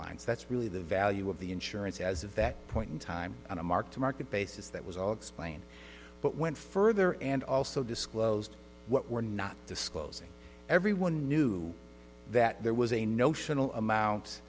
lines that's really the value of the insurance as of that point in time on a mark to market basis that was all explained but went further and also disclosed what we're not disclosing everyone knew that there was